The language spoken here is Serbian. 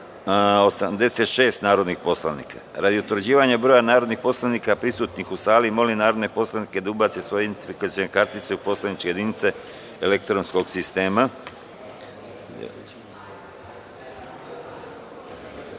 86 narodnih poslanika. Radi utvrđivanja broja narodnih poslanika prisutnih u sali, molim narodne poslanike da ubace svoje identifikacione kartice u poslaničke jedinice elektronskog sistema